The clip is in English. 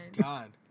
God